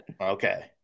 Okay